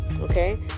okay